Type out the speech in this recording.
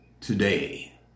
today